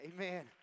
Amen